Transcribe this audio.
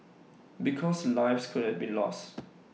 because lives could have been lost